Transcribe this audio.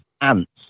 ants